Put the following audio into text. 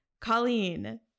Colleen